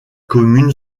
commune